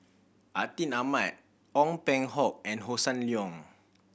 Atin Amat Ong Peng Hock and Hossan Leong